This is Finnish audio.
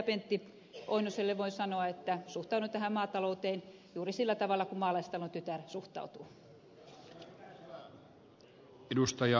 pentti oinoselle voin sanoa että suhtaudun maatalouteen juuri sillä tavalla kuin maalaistalon tytär suhtautuu